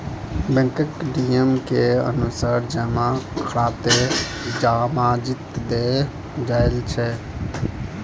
बैंकक नियम केर अनुसार जमा खाताकेँ इजाजति देल जाइत छै